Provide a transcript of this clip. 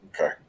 Okay